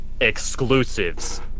exclusives